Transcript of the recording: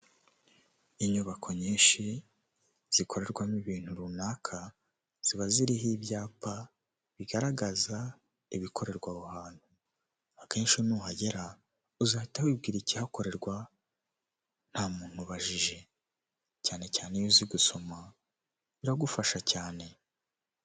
Inyubako nyinshi zikorerwamo ibintu runaka, ziba ziriho ibyapa bigaragaza ibikorerwa aho hantu. Akenshi nuhagera, uzahita wibwira ikihakorerwa nta muntu ubajije, cyane cyane iyo uzi gusoma, biragufasha cyane.